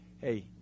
hey